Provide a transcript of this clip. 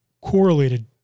correlated